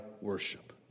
worship